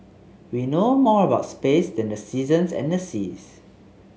we know more about space than the seasons and the seas